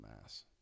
mass